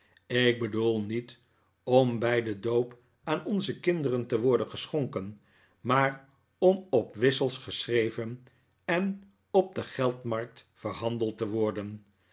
ik bedoel niet om bij den doop aan onze kinderen te worden geschonken maar om op wissels geschreven en op de geldmarkt verhandeld te worden